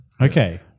Okay